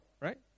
right